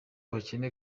abakene